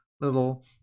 little